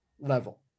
level